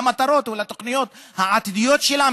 למטרות או לתוכניות העתידיות שלה,